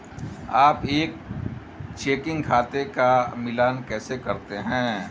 आप एक चेकिंग खाते का मिलान कैसे करते हैं?